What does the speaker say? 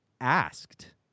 asked